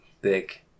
big